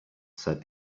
said